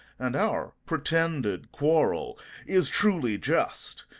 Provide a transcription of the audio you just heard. and our pretended quarrel is truly just,